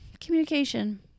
communication